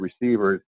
receivers